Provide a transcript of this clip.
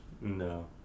No